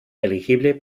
elegible